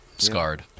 scarred